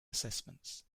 assessments